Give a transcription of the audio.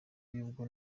ubwo